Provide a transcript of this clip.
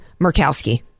Murkowski